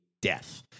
death